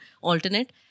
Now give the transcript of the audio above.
alternate